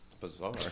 Bizarre